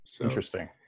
Interesting